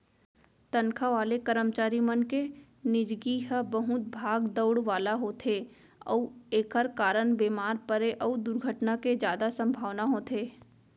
तनखा वाले करमचारी मन के निजगी ह बहुत भाग दउड़ वाला होथे अउ एकर कारन बेमार परे अउ दुरघटना के जादा संभावना होथे